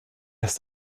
ist